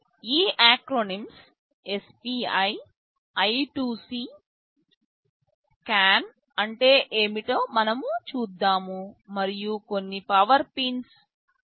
ఈ acronyms SPI I2C CAN అంటే ఏమిటో మనం చూస్తాము మరియు కొన్ని పవర్ పిన్స్ 3